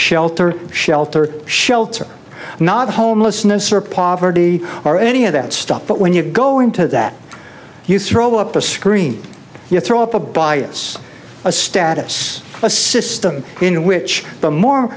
shelter shelter shelter not homelessness or poverty or any of that stuff but when you go into that you throw up a screen you throw up a bias a status a system in which the more